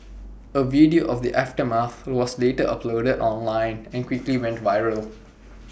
A video of the aftermath was later uploaded online and quickly went viral